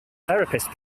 therapist